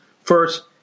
First